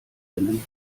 brennen